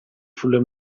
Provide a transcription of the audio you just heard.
sulle